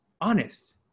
honest